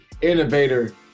innovator